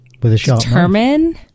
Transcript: determine